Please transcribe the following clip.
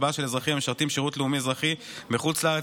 הצבעה של אזרחים המשרתים שירות לאומי אזרחי בחוץ לארץ),